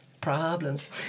problems